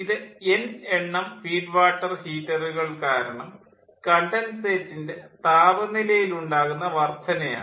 ഇത് എൻ എണ്ണം feed water ഹീറ്ററുകൾ കാരണം കണ്ടൻസേറ്റിൻ്റെ താപനിലയിൽ ഉണ്ടാകുന്ന വർദ്ധന ആണ്